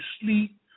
sleep